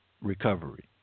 recovery